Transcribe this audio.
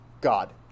God